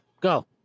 Go